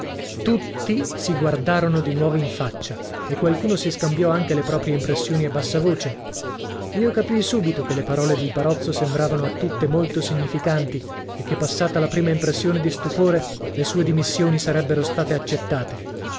tutti si guardarono di nuovo in faccia e qualcuno si scambiò anche le proprie impressioni a bassa voce io capii subito che le parole del barozzo sembravano a tutti molto significanti e che passata la prima impressione di stupore le sue dimissioni sarebbero state accettate